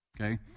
Okay